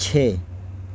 چھ